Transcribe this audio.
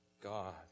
God